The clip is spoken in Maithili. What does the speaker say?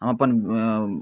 हम अपन